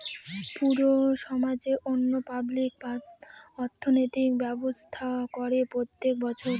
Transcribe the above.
পুরো সমাজের জন্য পাবলিক অর্থনৈতিক ব্যবস্থা করে প্রত্যেক বছর